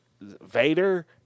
Vader